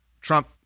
Trump